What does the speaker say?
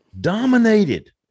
Dominated